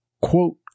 quote